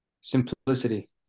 simplicity